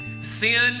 Sin